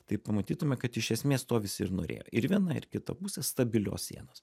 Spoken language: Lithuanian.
tai pamatytume kad iš esmės to visi ir norėjo ir viena ir kita pusė stabilios sienos